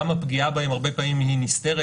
גם הפגיעה בהן הרבה פעמים היא נסתרת.